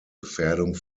gefährdung